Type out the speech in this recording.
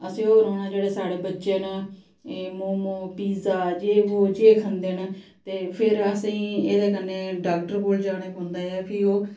असें ओह् रोना जेह्ड़े साढ़े बच्चें न एह् मोमो पिज्जा जे वो जे खंदे न ते फिर असें गी एह्दे कन्नै डाक्टर कोल जाना पौंदा फ्ही ओह्